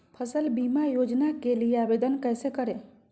फसल बीमा योजना के लिए आवेदन कैसे करें?